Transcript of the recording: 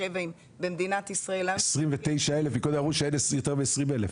במדינת ישראל --- קודם אמרו שאין יותר מ-20,000.